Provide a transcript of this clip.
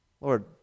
Lord